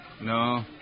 No